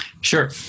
Sure